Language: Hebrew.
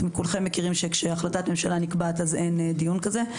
כולכם מכירים שכאשר החלטת ממשלה מתקבלת אז אין דיון כזה.